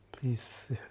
Please